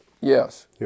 Yes